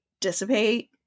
dissipate